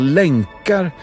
länkar